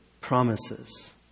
promises